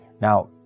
Now